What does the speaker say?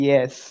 Yes